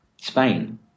Spain